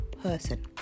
person